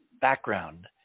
background